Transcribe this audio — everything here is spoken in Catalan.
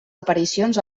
aparicions